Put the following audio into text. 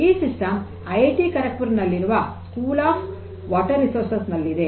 ಈ system I I T Kharagpur ನಲ್ಲಿರುವ school of water resources ನಲ್ಲಿದೆ